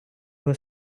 його